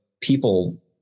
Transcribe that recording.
people